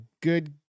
good